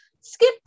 skip